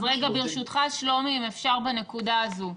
ברשותך שלומי, אם אפשר בנקודה הזו.